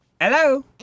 Hello